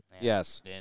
Yes